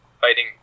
fighting